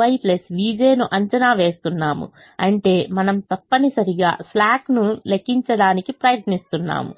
ui vj ను అంచనా వేస్తున్నాము అంటే మనం తప్పనిసరిగా స్లాక్ ను లెక్కించడానికి ప్రయత్నిస్తున్నాము